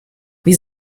wie